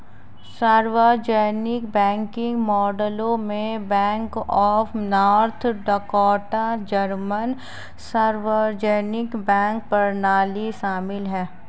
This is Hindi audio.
सार्वजनिक बैंकिंग मॉडलों में bank of North Dakota German सार्वजनिक बैंक प्रणाली शामिल है